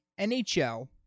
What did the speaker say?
NHL